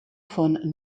von